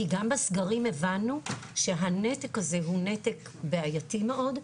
כי גם בסגרים הבנו שהנתק הזה הוא נתק בעייתי מאוד.